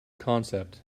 concept